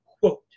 quote